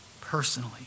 personally